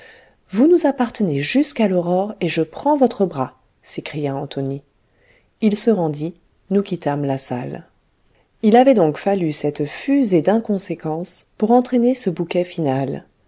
vous nous appartenez jusqu'à l'aurore et je prends votre bras s'écria antonie il se rendit nous quittâmes la salle il avait donc fallu cette fusée d'inconséquences pour entraîner ce bouquet final